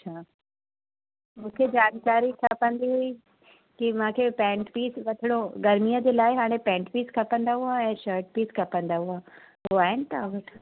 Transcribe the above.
अछा मूंखे जानकारी खपंदी हुई की मूंखे पैंट पीस वठिणो गर्मीअ जे लाइ हाणे पैंट पीस खपंदो हुओ ऐं शर्ट पीस खपंदो हुओ हो आहिनि तव्हां वटि